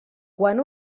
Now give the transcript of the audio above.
quan